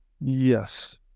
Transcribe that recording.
Yes